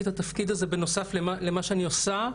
את התפקיד הזה בנוסף למה שאני עושה,